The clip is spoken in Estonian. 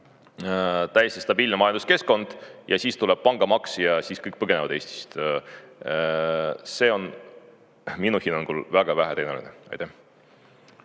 täiesti stabiilne majanduskeskkond ja siis tuleb pangamaks ja siis kõik põgenevad Eestist. See on minu hinnangul väga vähe tõenäoline. Varro